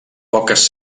poques